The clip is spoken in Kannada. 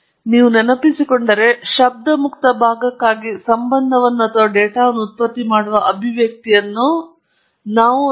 ನೀವು ನೆನಪಿಸಿಕೊಂಡರೆ ಶಬ್ದದ ಮುಕ್ತ ಭಾಗಕ್ಕಾಗಿ ಸಂಬಂಧವನ್ನು ಅಥವಾ ಡೇಟಾವನ್ನು ಉತ್ಪತ್ತಿ ಮಾಡುವ ಅಭಿವ್ಯಕ್ತಿಯನ್ನು ನೀಡುವ ಸ್ಲೈಡ್ ಅನ್ನು ನೋಡಿ ಮತ್ತು ಅದನ್ನು ಉಲ್ಲೇಖಿಸಿ ಮತ್ತು ಇದು ನಮ್ಮದೇ ಆದದ್ದು ಮತ್ತು ಅದನ್ನು ನಾವು xk ಎಂದು ಕರೆಯೋಣ